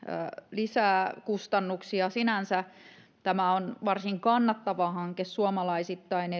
lisää kustannuksia sinänsä tämä on varsin kannattava hanke suomalaisittain